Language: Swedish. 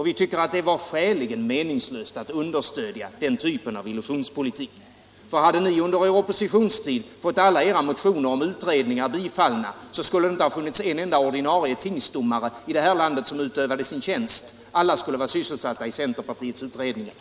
Vi tyckte att det var skäligen meningslöst att understödja den typen av illusionspolitik. Hade ni under er oppositionstid fått alla era motioner om utredningar bifallna, skulle det inte ha funnits en enda ordinarie tingsdomare i landet som utövade sin tjänst, utan alla skulle ha varit sysselsatta i de utredningar som centerpartiet hade föreslagit.